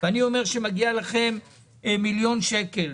אני אומר שמגיע להם מיליון שקל,